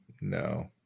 No